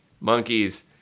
Monkeys